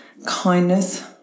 kindness